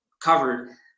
covered